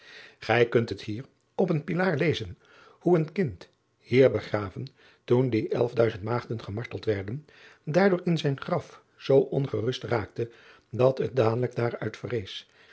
ij kunt het hier op een pilaar lezen hoe een kind hier begraven toen die elfduizend maagden gemarteld werden daardoor in zijn graf zoo ontrust raakte dat het dadelijk daar uit verrees